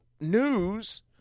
news